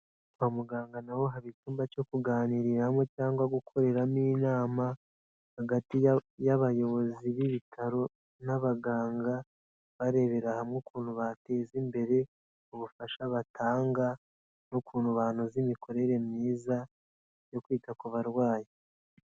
Kwa muganga naho haba icyumba cyo kuganiriramo cyangwa gukoreramo inama, hagati y'abayobozi b'ibitaro n'abaganga, barebera hamwe ukuntu bateza imbere, ubufasha batanga n'ukuntu banoza imikorere myiza yo kwita ku barwayi.